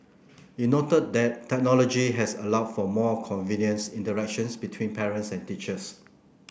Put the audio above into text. it noted that technology has allowed for more convenience interactions between parents and teachers